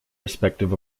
respective